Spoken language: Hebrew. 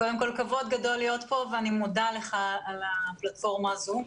כבוד גדול להיות כאן ואני מודה לך על הפלטפורמה הזו.